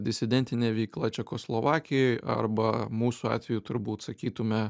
disidentinė veikla čekoslovakijoj arba mūsų atveju turbūt sakytume